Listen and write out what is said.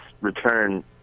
return